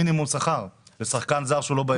המינימום שכר לשחקן זר שהוא לא באיחוד.